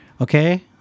okay